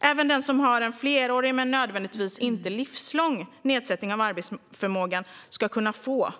Även den som har en flerårig men inte nödvändigtvis livslång nedsättning av arbetsförmågan ska kunna få